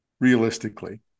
realistically